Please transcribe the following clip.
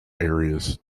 areas